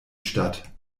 statt